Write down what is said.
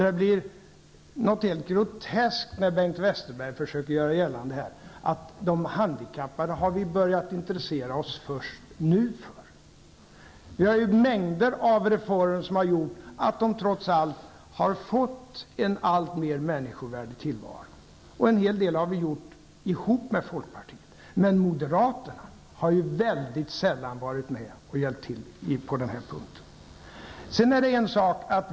Det blir helt grotest när Bengt Westerberg här försöker göra gällande att vi först nu har börjat intressera oss för de handikappade. Vi har faktiskt genomfört en mängd reformer som har gjort att de här människornas tillvaro trots allt har blivit alltmer människovärdig. En hel del har vi gjort tillsammans med folkpartiet. Men moderaterna har väldigt sällan varit med och hjälpt till på den punkten.